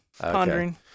Pondering